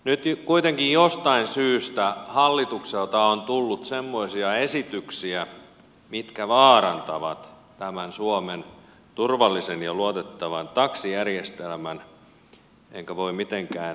nyt kuitenkin jostain syystä hallitukselta on tullut semmoisia esityksiä mitkä vaarantavat tämän suomen turvallisen ja luotettavan taksijärjestelmän enkä voi mitenkään ymmärtää tätä